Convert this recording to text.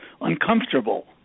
uncomfortable